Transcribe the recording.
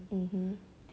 mmhmm